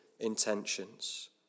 intentions